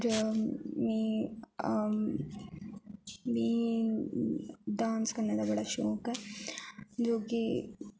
होर मी मी डान्स करने दा बड़ा शौंक ऐ जो कि